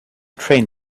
train